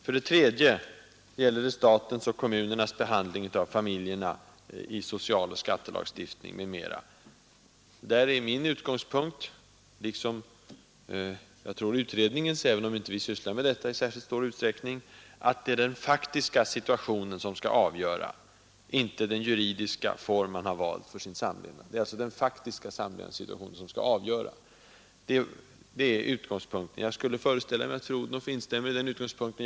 För det tredje gäller det statens och kommunernas behandling av familjerna med avseende på skatteoch sociallagstiftning m.m. Min utgångspunkt — liksom utredningens, även om den inte sysslar med denna fråga i särskilt stor utsträckning — är att den faktiska samlevnadssituationen skall vara avgörande och inte vilken juridisk form man har valt. Jag skulle föreställa mig att fru Odhnoff instämmer i den utgångspunkten.